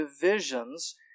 divisions